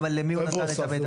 גם למי הוא נתן את המידע.